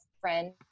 friend